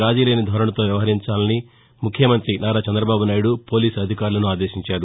రాజీ లేని ధోరణితో వ్యవహరిపంచాలని ముఖ్యమంత్రి నారా చంద్రబాబు నాయుడు పోలీసు అధికారులను ఆదేశించారు